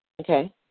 Okay